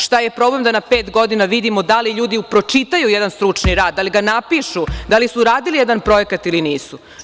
Šta je problem da na pet godina vidimo da li ljudi pročitaju jedna stručni rad, da li ga napišu, da li su uradili jedan projekat ili nisu.